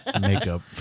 Makeup